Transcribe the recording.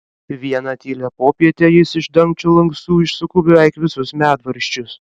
vieną tylią popietę jis iš dangčio lankstų išsuko beveik visus medvaržčius